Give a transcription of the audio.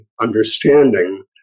understanding